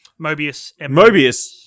Mobius